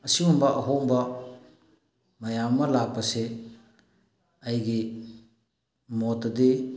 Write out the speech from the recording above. ꯑꯁꯤꯒꯨꯝꯕ ꯑꯍꯣꯡꯕ ꯃꯌꯥꯝ ꯑꯃ ꯂꯥꯛꯄꯁꯤ ꯑꯩꯒꯤ ꯃꯣꯠꯇꯗꯤ